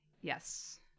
Yes